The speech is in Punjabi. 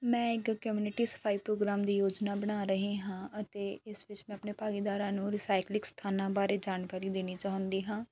ਮੈਂ ਇੱਕ ਕਮਿਊਨਿਟੀ ਸਫ਼ਾਈ ਪ੍ਰੋਗਰਾਮ ਦੀ ਯੋਜਨਾ ਬਣਾ ਰਹੀ ਹਾਂ ਅਤੇ ਇਸ ਵਿੱਚ ਮੈਂ ਆਪਣੇ ਭਾਗੀਦਾਰਾਂ ਨੂੰ ਰੀਸਾਈਕਲਿੰਗ ਸਥਾਨਾਂ ਬਾਰੇ ਜਾਣਕਾਰੀ ਦੇਣੀ ਚਾਹੁੰਦੀ ਹਾਂ